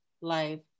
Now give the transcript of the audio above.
Life